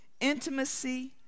intimacy